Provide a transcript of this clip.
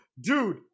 dude